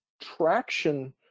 traction